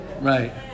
Right